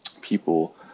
people